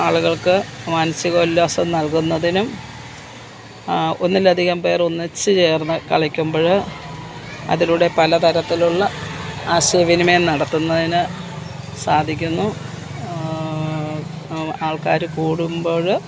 ആളുകൾക്ക് മാനസിക ഉല്ലാസം നൽകുന്നതിനും ഒന്നിൽ അധികം പേർ ഒന്നിച്ച് ചേർന്ന് കളിക്കുമ്പോൾ അതിലൂടെ പല തരത്തിലുള്ള ആശയവിനിമയം നടത്തുന്നതിന് സാധിക്കുന്നു ആൾക്കാർ കൂടുമ്പോൾ